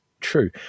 true